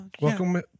Welcome